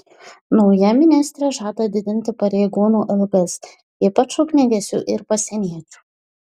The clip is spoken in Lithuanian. nauja ministrė žada didinti pareigūnų algas ypač ugniagesių ir pasieniečių